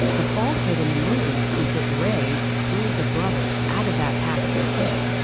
the falsehood in the movie is that ray screwed the brothers out of that half a percent.